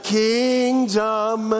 kingdom